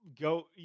Go